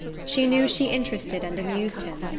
she knew she interested and amused him,